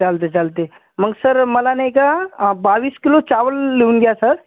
चालते चालते मग सर मला नाही का बावीस किलो चावल लिहून घ्या सर